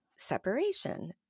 separation